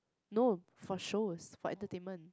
no for shows for entertainment